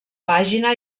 pàgina